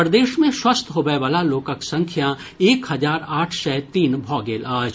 प्रदेश मे स्वस्थ होबयवला लोकक संख्या एक हजार आठ सय तीन भऽ गेल अछि